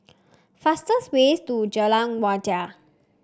fastest way to Jalan Wajek